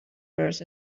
earth